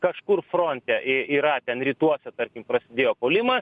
kažkur fronte i yra ten rytuose tarkim prasidėjo puolimas